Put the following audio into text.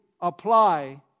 apply